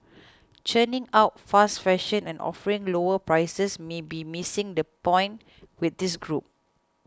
churning out fast fashion and offering lower prices may be missing the point with this group